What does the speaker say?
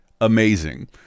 amazing